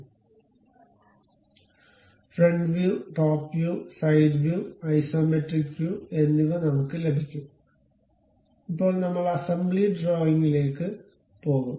അതിനാൽ front view top view side view isometric view എന്നിവ നമുക്ക് ലഭിക്കും ഇപ്പോൾ നമ്മൾ അസംബ്ലി ഡ്രോയിംജിലേക്ക് പോകും